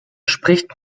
spricht